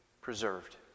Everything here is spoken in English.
preserved